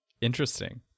Interesting